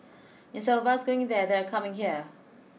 instead of us going there they are coming here